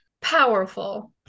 Powerful